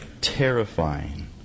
terrifying